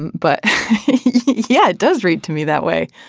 but yeah it does read to me that way.